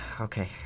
Okay